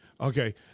Okay